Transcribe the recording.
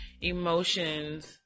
emotions